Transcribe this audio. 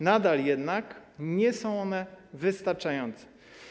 Nadal jednak nie są one wystarczające.